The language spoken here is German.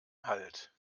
halt